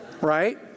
Right